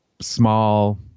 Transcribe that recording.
small